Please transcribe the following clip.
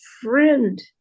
friend